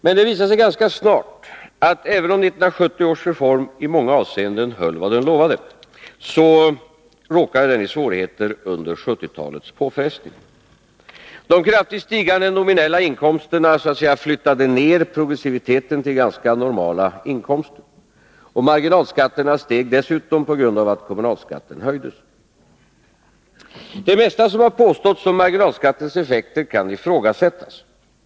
Men det visade sig ganska snart att även om 1970 års reform i många avseenden höll vad den lovade, råkade den i svårigheter under 1970-talets påfrestningar. De kraftigt stigande nominella inkomsterna ”flyttade ned” progressiviteten till ganska normala inkomster. Marginalskatterna steg dessutom på grund av att kommunalskatten höjdes. Det mesta som påståtts om marginalskattens effekter kan ifrågasättas.